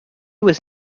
was